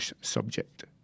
Subject